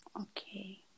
Okay